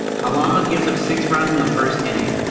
halama gives up six runs in the first inning.